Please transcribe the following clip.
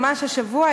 ממש השבוע,